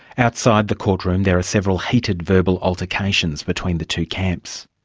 outside the courtroom there are several heated verbal altercations between the two camps.